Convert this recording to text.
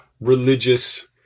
religious